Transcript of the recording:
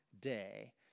day